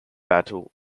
battle